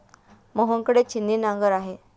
मोहन कडे छिन्नी नांगर आहे